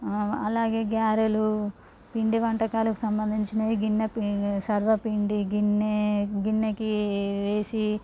అలాగే గారెలు పిండి వంటకాలకి సంబందించిన గిన్నె సర్వ పిండి గిన్నె గిన్నెకి వేసి